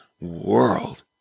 world